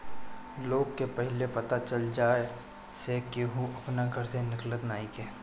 लोग के पहिले पता चल जाए से केहू अपना घर से निकलत नइखे